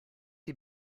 die